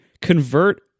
convert